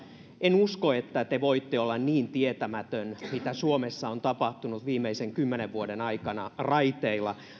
en usko että te voitte olla niin tietämätön siitä mitä suomessa on tapahtunut viimeisten kymmenen vuoden aikana raiteilla